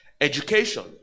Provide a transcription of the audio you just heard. education